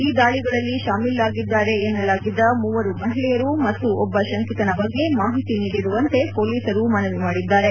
ಈ ದಾಳಿಗಳಲ್ಲಿ ಶಾಮಿಲಾಗಿದ್ದಾರೆ ಎನ್ನಲಾಗಿದ್ದ ಮೂವರು ಮಹಿಳೆಯರು ಮತ್ತು ಒಬ್ಲ ಶಂಕಿತನ ಬಗ್ಗೆ ಮಾಹಿತಿ ನೀಡಿರುವಂತೆ ಪೊಲೀಸರು ಮನವಿ ಮಾಡಿದ್ದಾರೆ